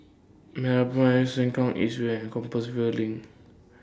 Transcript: Meraprime Sengkang East Way and Compassvale LINK